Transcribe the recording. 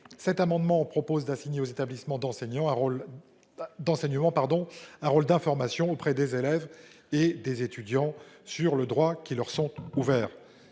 cet amendement tend à assigner aux établissements d'enseignement un rôle d'information auprès des élèves et des étudiants sur les droits qui leur sont ouverts.